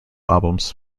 albums